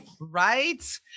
Right